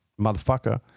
motherfucker